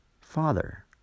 father